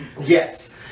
Yes